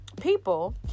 people